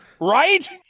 Right